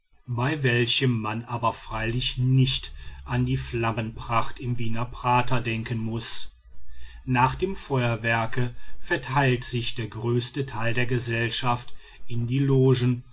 bei welchem man aber freilich nicht an die flammenpracht im wiener prater denken muß nach dem feuerwerke verteilt sich der größte teil der gesellschaft in die logen